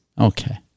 okay